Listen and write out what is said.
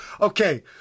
okay